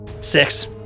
six